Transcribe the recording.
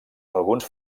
alguns